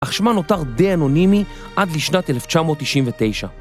החשמל נותר די אנונימי עד לשנת 1999,